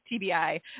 TBI